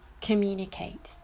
communicate